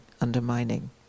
undermining